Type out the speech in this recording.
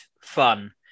fun